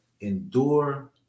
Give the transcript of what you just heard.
endure